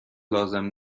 لازم